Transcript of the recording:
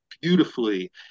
beautifully